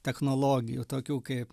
technologijų tokių kaip